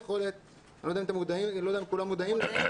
לא יודע אם כולם מודעים לזה,